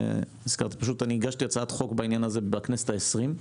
הגשתי הצעת חוק בעניין הזה בכנסת העשרים,